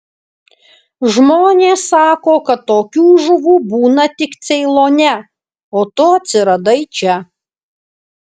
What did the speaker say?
žmonės sako kad tokių žuvų būna tik ceilone o tu atsiradai čia